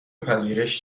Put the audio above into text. پذیرش